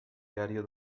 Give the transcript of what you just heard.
diario